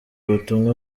ubutumwa